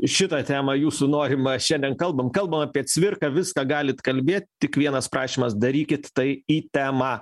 šitą temą jūsų norima šiandien kalbam kalbam apie cvirką viską galit kalbėt tik vienas prašymas darykit tai į temą